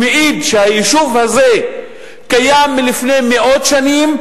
שמעיד שהיישוב הזה קיים מלפני מאות שנים,